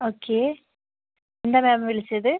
okay എന്താ ma'am വിളിച്ചത്